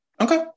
Okay